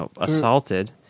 assaulted